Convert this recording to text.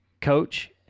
Coach